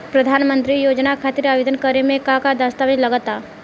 प्रधानमंत्री योजना खातिर आवेदन करे मे का का दस्तावेजऽ लगा ता?